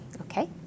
Okay